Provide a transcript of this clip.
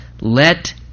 Let